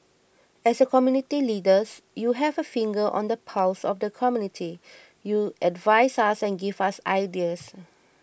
as community leaders you have a finger on the pulse of the community you advise us and give us ideas